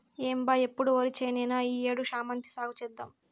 ఏం బా ఎప్పుడు ఒరిచేనేనా ఈ ఏడు శామంతి సాగు చేద్దాము